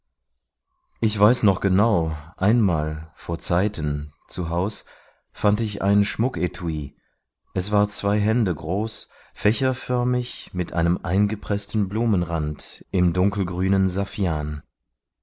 ich weiß noch genau einmal vorzeiten zuhaus fand ich ein schmucketui es war zwei hände groß fächerförmig mit einem eingepreßten blumenrand im dunkelgrünen saffian